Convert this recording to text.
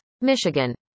Michigan